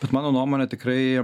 bet mano nuomone tikrai